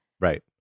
Right